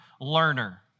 learner